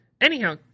Anyhow